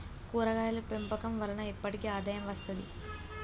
కూరగాయలు పెంపకం వలన ఎప్పటికి ఆదాయం వస్తది